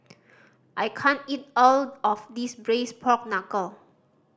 I can't eat all of this Braised Pork Knuckle